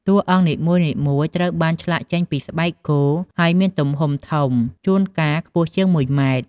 តួអង្គនីមួយៗត្រូវបានឆ្លាក់ចេញពីស្បែកគោ ហើយមានទំហំធំ ជួនកាលខ្ពស់ជាង ១ ម៉ែត្រ។